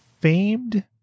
famed